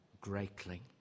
greatly